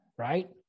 right